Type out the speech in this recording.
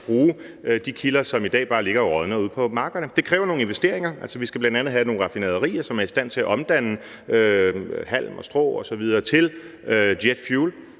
kan bruge de kilder, som i dag bare ligger og rådner ude på markerne. Det kræver nogle investeringer. Vi skal bl.a. have nogle raffinaderier, som er i stand til at omdanne halm og strå osv. til jet fuel